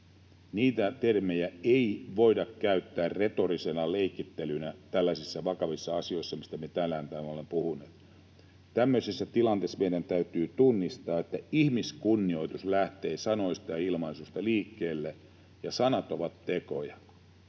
Niitä termejä ei voida käyttää retorisena leikittelynä tällaisissa vakavissa asioissa, mistä me tänään täällä olemme puhuneet. Tämmöisessä tilanteessa meidän täytyy tunnistaa, että ihmiskunnioitus lähtee sanoista ja ilmaisuista liikkeelle ja että sanat ovat tekoja.